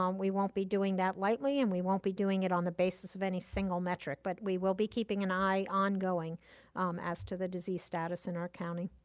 um we won't be doing that lightly and we won't be doing it on the basis of any single metric. but we will be keeping an eye ongoing as to the disease status in our county.